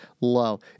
low